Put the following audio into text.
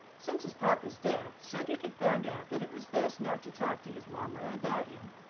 since his papa's death, cedric had found out that it was best not to talk to his mamma about him.